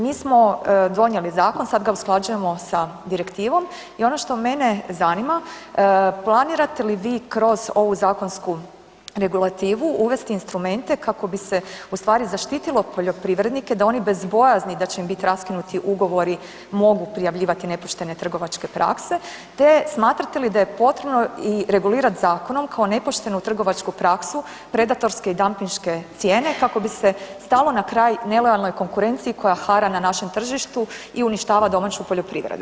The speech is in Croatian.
Mi smo donijeli zakona, sad ga usklađujemo s Direktivom i ono što mene zanima, planirate li vi kroz ovu zakonsku regulativu uvesti instrumente kako bi se ustvari zaštitilo poljoprivrednike, da oni bez bojazni da će im biti raskinuti ugovori mogu prijavljivati nepoštene trgovačke prakse te smatrate li da je potrebno i regulirati zakonom, kao nepoštenu trgovačku praksu predatorske i dampinške cijene kako bi se stalo na kraj nelojalnoj konkurenciji koja hara na našem tržištu i uništava domaću poljoprivredu.